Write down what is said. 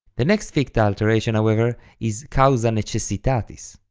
the next ficta alteration however is cause ah necessitatis,